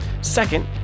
Second